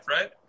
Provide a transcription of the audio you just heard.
right